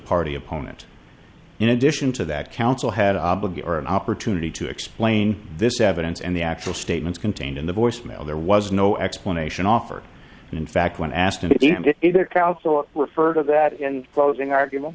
party opponent in addition to that counsel had an opportunity to explain this evidence and the actual statements contained in the voicemail there was no explanation offered and in fact when asked if either couts or refer to that in closing argument